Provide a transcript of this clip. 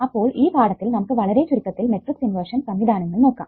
അപ്പോൾ ഈ പാഠത്തിൽ നമുക്ക് വളരെ ചുരുക്കത്തിൽ മെട്രിക്സ് ഇൻവേഷൻ സംവിധാനങ്ങൾ നോക്കാം